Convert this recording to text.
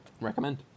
recommend